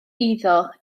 iddo